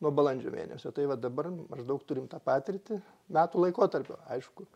nuo balandžio mėnesio tai va dabar maždaug turim tą patirtį metų laikotarpio aišku